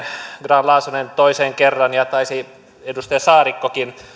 grahn laasonen toisen kerran ja taisi edustaja saarikkokin